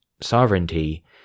sovereignty